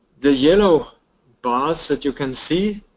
the yellow bars that you can see